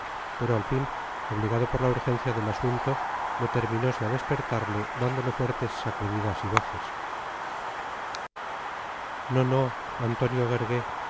pero al fin obligado por la urgencia del asunto determinose a despertarle dándole fuertes sacudidas y voces no no antonio